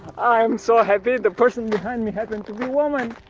i'm so happy the person behind me happened to be woman!